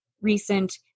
recent